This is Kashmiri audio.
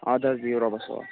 اَدٕ حظ بِہو رۄبَس حَوالہٕ